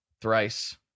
thrice